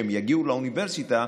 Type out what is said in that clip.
כשהם יגיעו לאוניברסיטה,